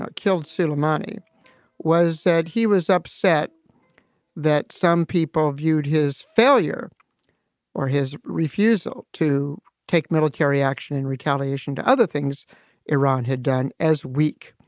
killed suleimani was said he was upset that some people viewed his failure or his refusal to take military action in retaliation to other things iran had done as weak.